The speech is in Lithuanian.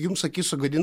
jums akis sugadino